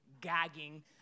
gagging